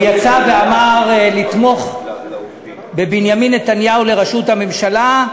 הוא יצא ואמר לתמוך בבנימין נתניהו לראשות הממשלה,